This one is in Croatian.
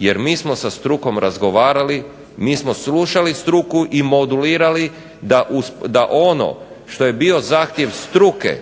jer mi smo sa strukom razgovarali. Mi smo slušali struku i modulirali da ono što je bio zahtjev struku